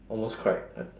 almost cried